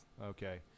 Okay